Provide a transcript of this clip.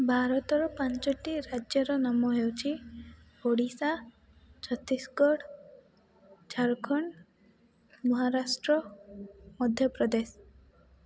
ଭାରତର ପାଞ୍ଚଟି ରାଜ୍ୟର ନାମ ହେଉଛି ଓଡ଼ିଶା ଛତିଶଗଡ଼ ଝାଡ଼ଖଣ୍ଡ ମହାରାଷ୍ଟ୍ର ମଧ୍ୟପ୍ରଦେଶ